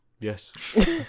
Yes